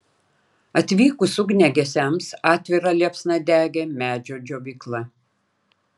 atvykus ugniagesiams atvira liepsna degė medžio džiovykla